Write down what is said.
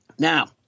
Now